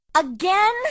Again